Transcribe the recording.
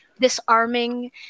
disarming